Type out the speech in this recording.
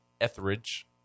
Etheridge